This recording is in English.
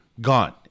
Gone